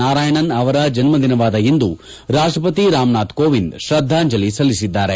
ನಾರಾಯಣನ್ ಅವರ ಜನ್ನದಿನವಾದ ಇಂದು ರಾಷ್ಟಪತಿ ರಾಮನಾಥ್ ಕೋವಿಂದ್ ಶ್ರದ್ದಾಂಜಲಿ ಸಲ್ಲಿಬಿದ್ದಾರೆ